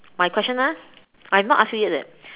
my question ah I've not asked you yet eh